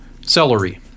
Celery